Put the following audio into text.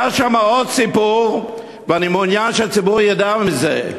היה שם עוד סיפור, ואני מעוניין שהציבור ידע מזה.